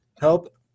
Help